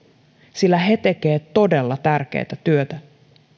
sillä he tekevät todella tärkeää työtä